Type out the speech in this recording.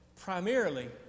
primarily